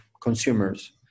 consumers